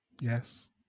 Yes